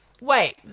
wait